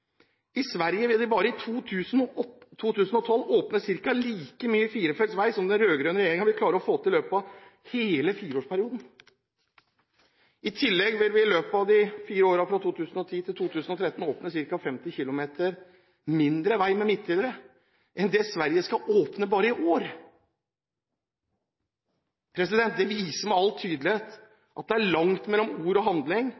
I Sverige vil de bare i 2012 åpne ca. like mye firefelts vei som den rød-grønne regjeringen vil klare å få til i løpet av hele fireårsperioden. I tillegg vil vi i løpet av de fire årene fra 2010 til 2013 åpne ca. 50 km mindre vei med midtdelere enn det Sverige skal åpne bare i år. Dette viser med all tydelighet at det er langt mellom ord og handling.